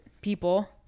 people